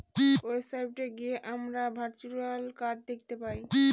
website গিয়ে আমরা virtual card দেখতে পাই